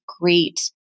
great